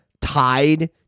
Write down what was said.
tied